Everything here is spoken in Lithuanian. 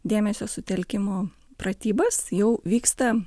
dėmesio sutelkimo pratybas jau vyksta